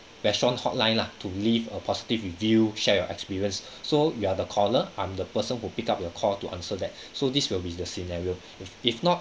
restaurant hotline lah to leave a positive review share your experience so you are the caller I'm the person who pick up your call to answer that so this will be the scenario if if not